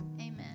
Amen